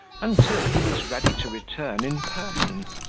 until he was ready to return in person.